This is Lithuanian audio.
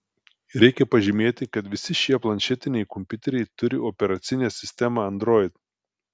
reikia pažymėti kad visi šie planšetiniai kompiuteriai turi operacinę sistemą android